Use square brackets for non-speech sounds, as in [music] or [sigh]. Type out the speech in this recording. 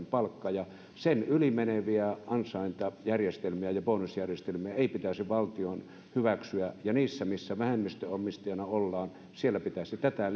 [unintelligible] palkka ja sen yli meneviä ansaintajärjestelmiä ja ja bonusjärjestelmiä ei pitäisi valtion hyväksyä ja siellä missä vähemmistöomistajina ollaan pitäisi tätä [unintelligible]